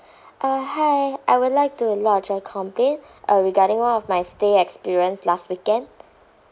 uh hi I would like to lodge a complaint uh regarding one of my stay experience last weekend